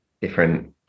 different